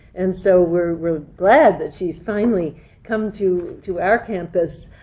and so we're glad that she's finally come to to our campus.